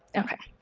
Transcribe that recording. okay,